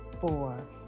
four